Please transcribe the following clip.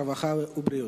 הרווחה והבריאות.